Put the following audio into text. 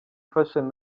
fashion